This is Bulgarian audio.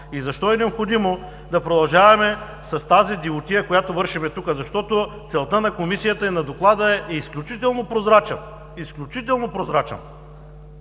И защо е необходимо да продължаваме с тази дивотия, която вършим тук? Целта на Комисията и Доклада е изключително прозрачна. Изключително прозрачна!